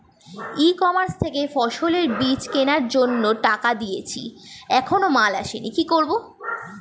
ই commerce থেকে ফসলের বীজ কেনার জন্য টাকা দিয়ে দিয়েছি এখনো মাল আসেনি কি করব?